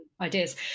ideas